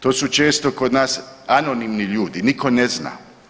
To su često kod nas anonimni ljudi, nitko ne zna.